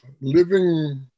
living